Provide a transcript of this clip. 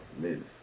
live